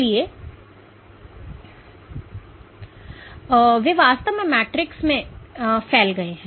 इसलिए वे वास्तव में मैट्रिक्स में फैल गए